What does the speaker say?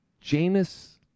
Janus